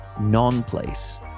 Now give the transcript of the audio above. non-place